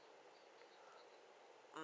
mm